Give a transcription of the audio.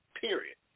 period